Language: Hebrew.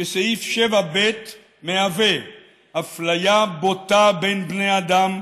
שסעיף 7(ב) מהווה "אפליה בוטה בין בני אדם,